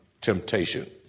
temptation